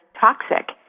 toxic